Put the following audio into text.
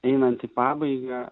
einant į pabaigą